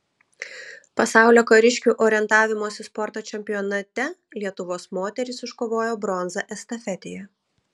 pasaulio kariškių orientavimosi sporto čempionate lietuvos moterys iškovojo bronzą estafetėje